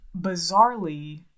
bizarrely